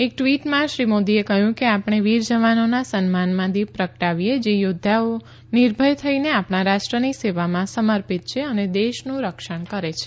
એક ટ્વીટમાં શ્રી મોદીએ કહ્યું કે આપણે વીર જવાનોના સન્માનમાં દીપ પ્રગટાવીએ જે યોદ્વાઓ નિર્ભય થઈને આપણા રાષ્ટ્રની સેવામાં સમર્પિત છે અને દેશનું રક્ષણ કરે છે